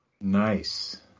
Nice